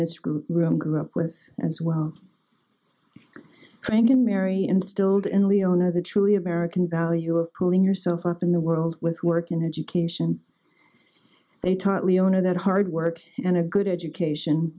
this group room grew up with as well thank him mary instilled in leona the truly american value of pulling yourself up in the world with work in education they taught leona that hard work and a good education